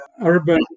urban